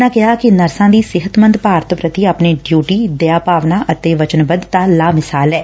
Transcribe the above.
ਉਨ੍ਹਾਂ ਕਿਹਾ ਕਿ ਨਰਸਾਂ ਦੀ ਸਿਹਤਮੰਦ ਭਾਰਤ ਪ੍ਰਤੀ ਆਪਣੀ ਡਿਉਟੀ ਦਇਆ ਅਤੇ ਵਚਨਬੱਧਤਾ ਲਾਮਿਸਾਲ ਐ